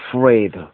afraid